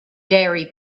diary